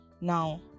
now